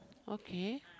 okay